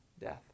death